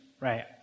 right